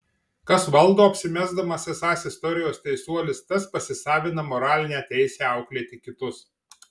kas valdo apsimesdamas esąs istorijos teisuolis tas pasisavina moralinę teisę auklėti kitus